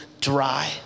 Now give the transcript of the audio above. dry